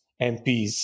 MPs